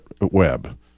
web